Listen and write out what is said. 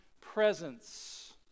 presence